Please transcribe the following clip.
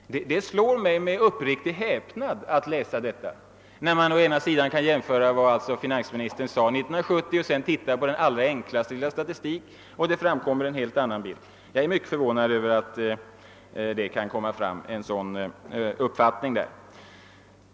Det slår mig med uppriktig häpnad att läsa detta, när man kan jämföra vad finansministern sade i början av 1970 med den allra enklaste statistik. Då framkommer en helt annan bild. Jag är mycket förvånad över utskottets uppfattning.